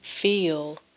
feel